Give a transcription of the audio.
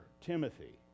Timothy